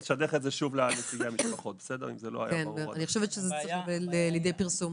אני חושבת שזה צריך לקבל פרסום.